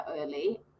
early